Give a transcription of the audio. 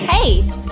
Hey